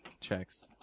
checks